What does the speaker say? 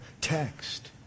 text